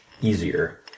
easier